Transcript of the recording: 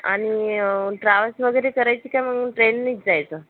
आणि ट्रॅव्हल्स वगैरे करायची का मग ट्रेननीच जायचं